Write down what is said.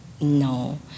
no